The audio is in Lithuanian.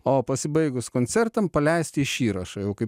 o pasibaigus koncertam paleisti šį įrašą jau kai